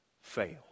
fail